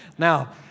Now